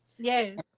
Yes